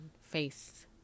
face